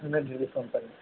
పంపుతాను